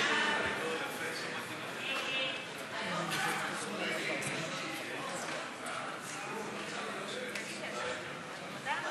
ההסתייגות (25) של קבוצת סיעת